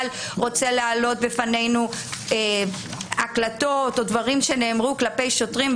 רוצה להעלות בפנינו הקלטות ודברים שנאמרו כלפי שוטרים,